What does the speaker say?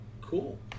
cool